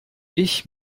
ich